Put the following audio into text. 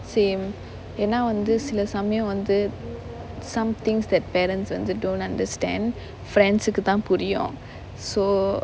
same ஏன்னா வந்து சில சமயம் வந்து:yaenaa vanthu sila samayam vanthu some things that parents வந்து:vanthu don't understand friends தான் புரியும்:thaan puriyum so